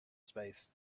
space